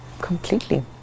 Completely